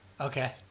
Okay